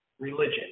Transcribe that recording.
religion